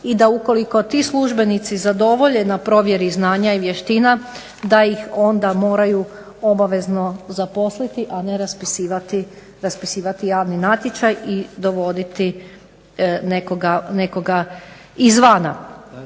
i da ukoliko ti službenici zadovolje na provjeri znanja i vještina da ih onda moraju obavezno zaposliti a ne raspisivati javni natječaj i dovoditi nekoga izvana.